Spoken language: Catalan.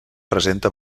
presenta